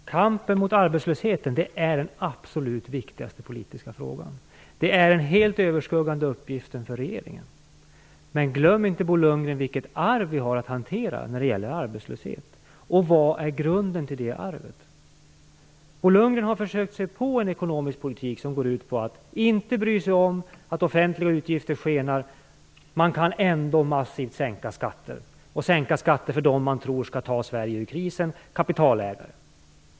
Herr talman! Kampen mot arbetslösheten är den absolut viktigaste politiska frågan och den helt överskuggande uppgiften för regeringen. Men glöm inte, Bo Lundgren, det arv som vi har att hantera när det gäller arbetslösheten och vad som är grunden till detta arv. Bo Lundgren har försökt sig på att föra en ekonomisk politik som går ut på att inte bry sig om att offentliga utgifter skenar - man kan ändå sänka skatter massivt för dem som man tror skall ta Sverige ur krisen, dvs. kapitalägarna.